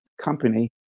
company